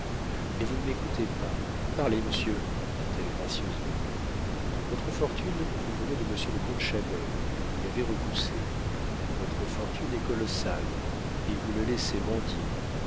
mais vous ne m'écoutez pas parlez monsieur dit-elle gracieusement votre fortune vous venait de monsieur le comte chabert et vous l'avez repoussé votre fortune est colossale et vous le laissez mendier